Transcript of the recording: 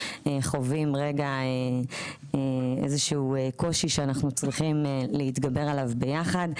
חווים רגע איזשהו קושי שאנחנו צריכים להתגבר עליו ביחד.